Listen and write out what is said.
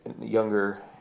younger